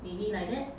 maybe like that